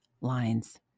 lines